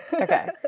okay